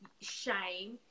shame